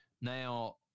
Now